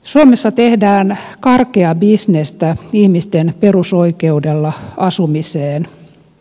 suomessa tehdään karkeaa bisnestä ihmisten perusoikeudella asumiseen